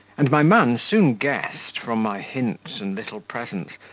and my man soon guessed, from my hints and little presents,